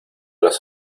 las